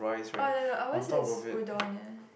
oh no no ours is Udon leh